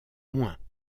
moins